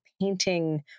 painting